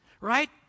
right